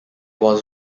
was